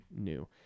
new